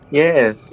yes